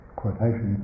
quotation